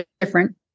different